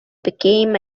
became